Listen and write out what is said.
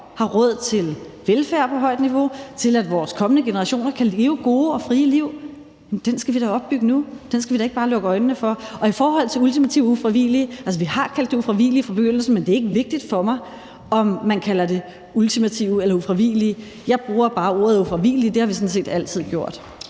har råd til velfærd på højt niveau, og skal til, for at vores kommende generationer kan leve gode og frie liv, bliver opbygget nu. Det skal vi da ikke bare lukke øjnene for. I forhold til det med det ultimative og ufravigelige har vi altså fra begyndelsen kaldt det ufravigelige krav, men det er ikke vigtigt for mig, om man kalder det for ultimative eller ufravigelige krav. Jeg bruger bare ordet ufravigelig, og det har vi sådan set altid gjort.